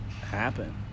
happen